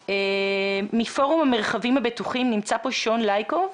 פורום המרחבים הבטוחים, שון לייקוב.